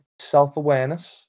Self-awareness